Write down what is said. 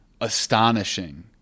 astonishing